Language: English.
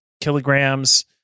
Kilograms